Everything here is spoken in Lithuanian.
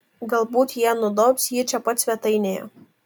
galbūt jie nudobs jį čia pat svetainėje